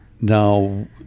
Now